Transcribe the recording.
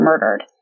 murdered